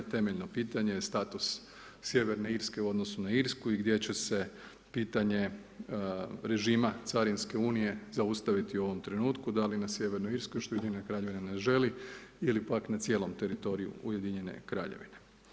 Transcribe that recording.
Temeljno pitanje je status Sjeverne Irske u odnosu na Irsku i gdje će se pitanje režima carinske unije zaustaviti u ovom trenutku, da li na Sjevernoj Irskoj, što Ujedinjena Kraljevina ne želi ili pak na cijelom teritoriju Ujedinjene Kraljevine.